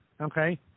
okay